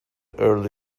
early